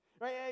right